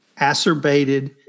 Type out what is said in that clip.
acerbated